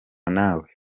nawe